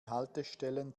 haltestellen